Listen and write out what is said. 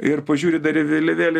ir pažiūri dar į vėliavėlę